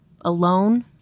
alone